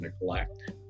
neglect